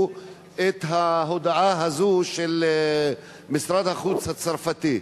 את ההודעה הזו של משרד החוץ הצרפתי.